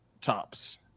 tops